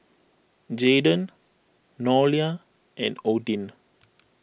Jaydon Nolia and Odin